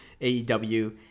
AEW